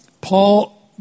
Paul